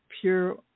pure